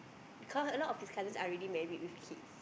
because a lot of his cousins are already married with kids